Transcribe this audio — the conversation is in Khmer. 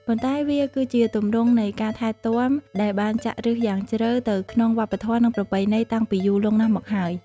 ប៉ុន្តែវាគឺជាទម្រង់នៃការថែទាំដែលបានចាក់ឫសយ៉ាងជ្រៅទៅក្នុងវប្បធម៌ និងប្រពៃណីតាំងពីយូរលង់ណាស់មកហើយ។